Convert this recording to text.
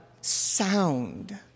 sound